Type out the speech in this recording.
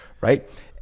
right